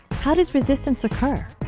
how does resistance occur?